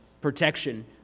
protection